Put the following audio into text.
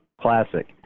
classic